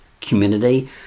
community